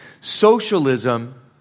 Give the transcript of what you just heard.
Socialism